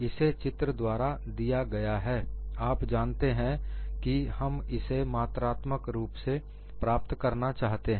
इसे चित्र द्वारा दिया गया है आप जानते हैं कि हम इसे मात्रात्मक रुप से प्राप्त करना चाहते हैं